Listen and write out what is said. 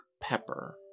pepper